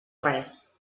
res